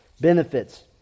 benefits